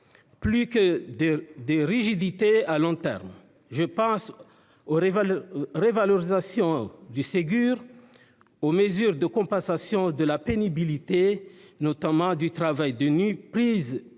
plutôt que des rigidités à long terme. Je pense aux revalorisations du Ségur, aux mesures de compensation de la pénibilité, notamment pour le travail de nuit,